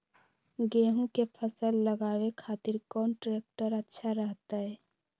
गेहूं के फसल लगावे खातिर कौन ट्रेक्टर अच्छा रहतय?